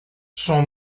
son